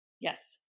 Yes